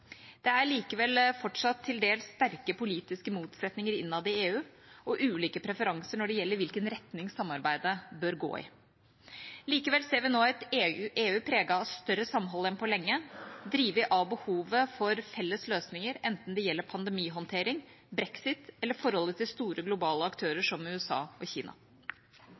Det er likevel fortsatt til dels sterke politiske motsetninger innad i EU og ulike preferanser når det gjelder hvilken retning samarbeidet bør gå i. Likevel ser vi nå et EU preget av større samhold enn på lenge, drevet av behovet for felles løsninger enten det gjelder pandemihåndtering, brexit eller forholdet til store globale aktører som USA og Kina.